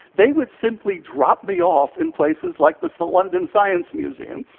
they would simply drop me off in places like the so london science museum,